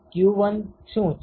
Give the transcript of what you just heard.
q1 શુ છે